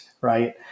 right